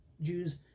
Jews